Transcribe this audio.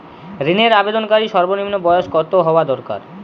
ঋণের আবেদনকারী সর্বনিন্ম বয়স কতো হওয়া দরকার?